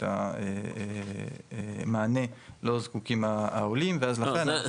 את המענה לו זקוקים העולים ואז לכן,